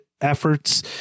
efforts